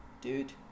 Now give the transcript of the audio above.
dude